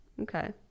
Okay